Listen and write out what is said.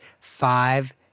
five